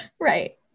right